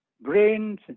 brains